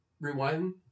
rewind